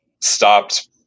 stopped